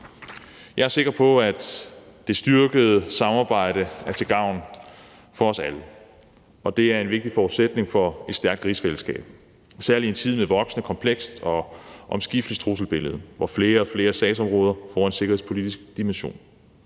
Jeg er sikker på, at det styrkede samarbejde er til gavn for os alle, og det er en vigtig forudsætning for et stærkt rigsfællesskab, særlig i en tid med et voksende, komplekst og omskifteligt trusselsbillede, hvor flere og flere sagsområder får en sikkerhedspolitisk dimension.